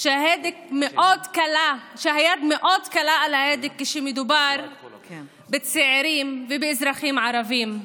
שהיד מאוד קלה על ההדק כשמדובר בצעירים ובאזרחים ערבים.